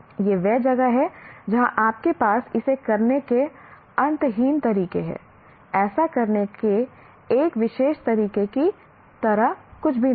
यह वह जगह है जहाँ आपके पास इसे करने के अंतहीन तरीके हैं ऐसा करने के एक विशेष तरीके की तरह कुछ भी नहीं है